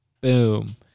Boom